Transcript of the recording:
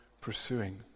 pursuing